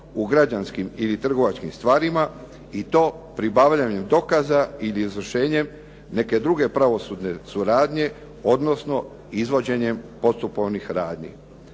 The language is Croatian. u građanskim ili trgovačkim stvarima i to pribavljanjem dokaza ili izvršenjem neke druge pravosudne suradnje odnosno izvođenjem postupovnih radnji.